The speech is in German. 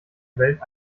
welt